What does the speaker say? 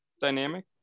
Dynamic